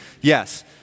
Yes